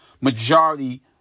majority